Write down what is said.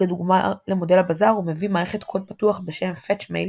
וכדוגמה למודל הבזאר הוא מביא מערכת קוד פתוח בשם FetchMail